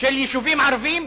של יישובים ערביים,